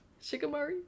Shikamari